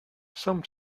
some